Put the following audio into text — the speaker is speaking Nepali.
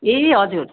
ए हजुर